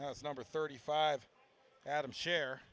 that's number thirty five adam share